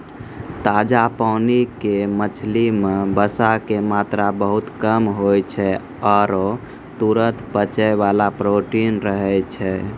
ताजा पानी के मछली मॅ वसा के मात्रा बहुत कम होय छै आरो तुरत पचै वाला प्रोटीन रहै छै